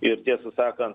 ir tiesą sakant